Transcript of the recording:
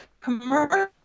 commercial